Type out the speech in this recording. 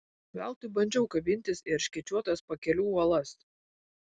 veltui bandžiau kabintis į erškėčiuotas pakelių uolas